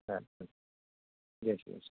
સારું ચાલ જય શ્રી કૃષ્ણ